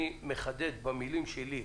אני מחדד במילים שלי.